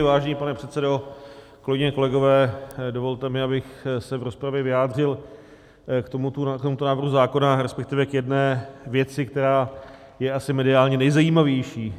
Vážený pane předsedo, kolegyně, kolegové, dovolte mi, abych se v rozpravě vyjádřil k tomuto návrhu zákona, respektive k jedné věci, která je asi mediálně nejzajímavější.